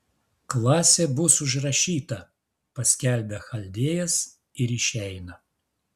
klasė bus užrašyta paskelbia chaldėjas ir išeina